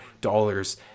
dollars